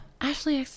Ashley